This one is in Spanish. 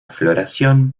floración